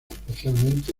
especialmente